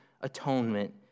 atonement